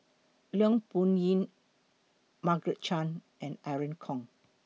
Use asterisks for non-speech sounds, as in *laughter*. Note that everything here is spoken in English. Leong Yoon *unintelligible* Margaret Chan and Irene Khong